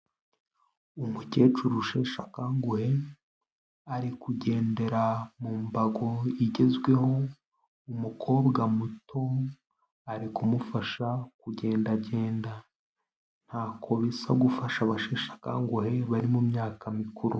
Umukecuru usheshe akanguhe ari kugendera mu mbago igezweho, umukobwa muto ari kumufasha kugendagenda. Ntako bisa gufasha abasheshe akanguhe bari mu myaka mikuru.